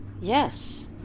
Yes